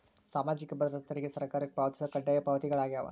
ಸಾಮಾಜಿಕ ಭದ್ರತಾ ತೆರಿಗೆ ಸರ್ಕಾರಕ್ಕ ಪಾವತಿಸೊ ಕಡ್ಡಾಯ ಪಾವತಿಗಳಾಗ್ಯಾವ